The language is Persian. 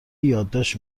یادداشت